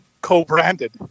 co-branded